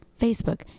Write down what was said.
facebook